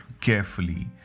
carefully